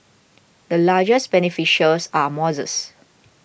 the largest beneficiaries are